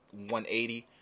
180